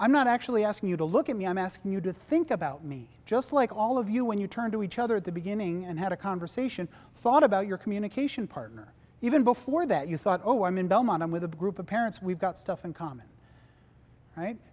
i'm not actually asking you to look at me i'm asking you to think about me just like all of you when you turn to each other at the beginning and had a conversation thought about your communication partner even before that you thought oh i'm in belmont i'm with a group of parents we've got stuff in common right